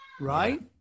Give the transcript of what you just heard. right